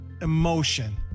emotion